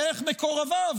דרך מקורביו,